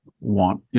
want